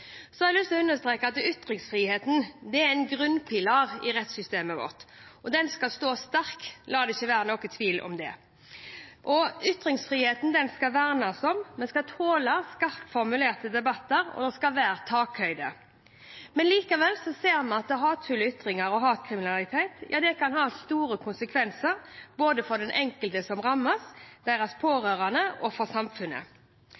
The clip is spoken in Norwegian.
lyst til å understreke at ytringsfriheten er en grunnpilar i rettssystemet vårt, og den skal stå sterkt – la det ikke være noen tvil om det. Ytringsfriheten skal vernes om. Vi skal tåle skarpt formulerte debatter, og det skal være takhøyde. Likevel ser vi at hatefulle ytringer og hatkriminalitet kan ha store konsekvenser både for den enkelte som